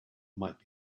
might